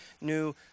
new